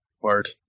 word